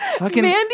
Mandy